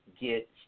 get